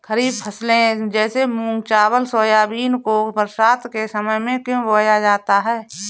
खरीफ फसले जैसे मूंग चावल सोयाबीन को बरसात के समय में क्यो बोया जाता है?